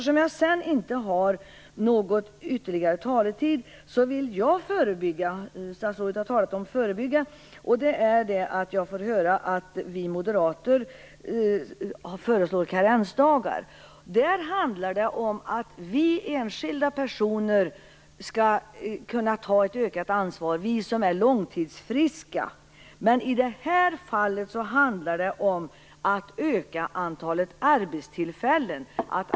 Statsrådet talade om att förebygga. Jag får höra att vi moderater föreslår karensdagar. Där handlar det om att vi enskilda personer som är långtidsfriska skall kunna ta ett ökat ansvar. Men i det här fallet handlar det om att öka antalet arbetstillfällen.